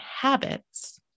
habits